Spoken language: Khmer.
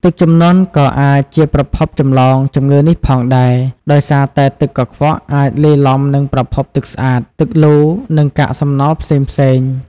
ទឹកជំនន់ក៏អាចជាប្រភពចម្លងជំងឺនេះផងដែរ ដោយសារតែទឹកកខ្វក់អាចលាយឡំនឹងប្រភពទឹកស្អាត ទឹកលូ និងកាកសំណល់ផ្សេងៗ